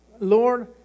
Lord